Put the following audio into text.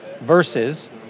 versus